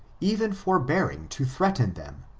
even forbearing to threaten them,